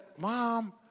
Mom